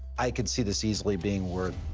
i could see this easily being worth